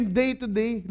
day-to-day